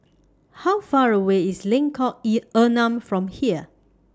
How Far away IS Lengkong Enam from here